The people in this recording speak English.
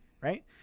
right